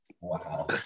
Wow